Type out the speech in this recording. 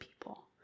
people